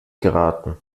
geraten